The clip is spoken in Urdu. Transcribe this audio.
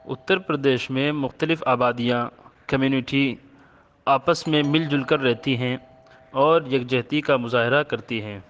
اتر پردیش میں مختلف آبادیاں کمیونٹی آپس میں مل جل کر رہتی ہیں اور یکجہتی کا مظاہرہ کرتی ہیں